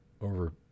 over